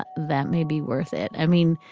that may be worth it. i mean,